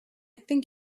think